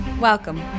Welcome